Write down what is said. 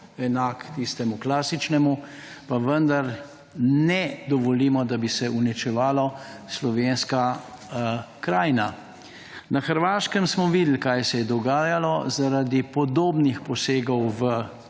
enak tistemu klasičnemu, pa vendar ne dovolimo, da bi se uničevala slovenska krajina. Na Hrvaškem smo videli kaj se je dogajalo zaradi podobnih posegov v